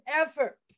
effort